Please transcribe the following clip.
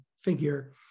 figure